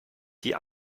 die